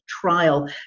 trial